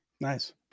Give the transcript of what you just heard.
Nice